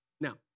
Now